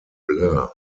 blur